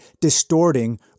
distorting